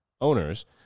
owners